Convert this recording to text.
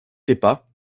tepa